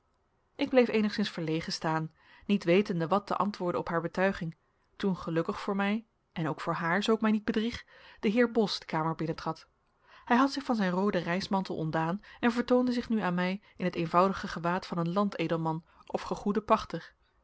ik bleef eenigszins verlegen staan niet wetende wat te antwoorden op haar betuiging toen gelukkig voor mij en ook voor haar zoo ik mij niet bedrieg de heer bos de kamer binnentrad hij had zich van zijn rooden reismantel ontdaan en vertoonde zich nu aan mij in het eenvoudige gewaad van een land edelman of gegoeden pachter